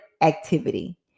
activity